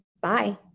bye